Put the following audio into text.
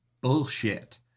bullshit